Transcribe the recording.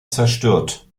zerstört